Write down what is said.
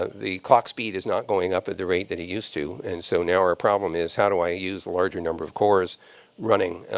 the clock speed is not going up at the rate that it used to. and so now our problem is how do i use a larger number of cores running